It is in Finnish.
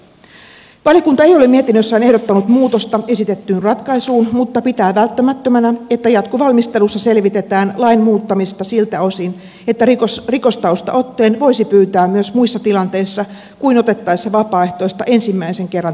valiokunta ei ole mietinnössään ehdottanut muutosta esitettyyn ratkaisuun mutta pitää välttämättömänä että jatkovalmistelussa selvitetään lain muuttamista siltä osin että rikostaustaotteen voisi pyytää myös muissa tilanteissa kuin otettaessa vapaaehtoista ensimmäisen kerran tehtävään